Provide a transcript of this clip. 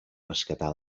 rescatar